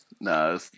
No